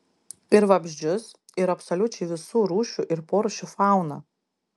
ir vabzdžius ir absoliučiai visų rūšių ir porūšių fauną